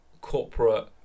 corporate